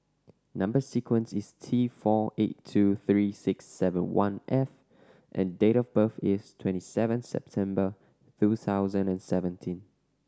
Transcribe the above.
number sequence is T four eight two three six seven one F and date of birth is twenty seven September two thousand and seventeen